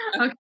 okay